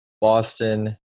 Boston